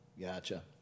Gotcha